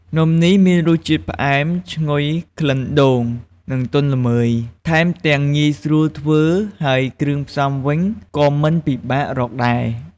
នំនេះមានរសជាតិផ្អែម ឈ្ងុយក្លិនដូង និងទន់ល្មើយ ថែមទាំងងាយស្រួលធ្វើ ហើយគ្រឿងផ្សំវិញក៏មិនពិបាករកដែរ។